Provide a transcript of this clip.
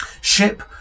Ship